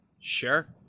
Sure